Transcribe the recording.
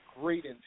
great